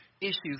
issues